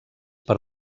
per